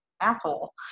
asshole